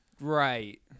Right